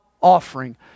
offering